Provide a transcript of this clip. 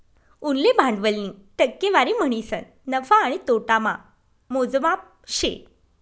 उनले भांडवलनी टक्केवारी म्हणीसन नफा आणि नोटामा मोजमाप शे